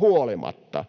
huolimatta.”